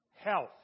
health